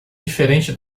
diferente